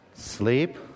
Sleep